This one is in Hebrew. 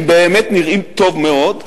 הם באמת נראים טוב מאוד,